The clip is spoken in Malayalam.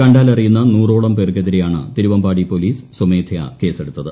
കണ്ടാലറിയുന്ന നൂറോളം പേർക്കെതിരെയാണ് തിരുവമ്പാടി പോലീസ് സ്വമേധായ കേസെടുത്തത്